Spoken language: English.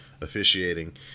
officiating